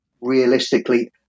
realistically –